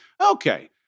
okay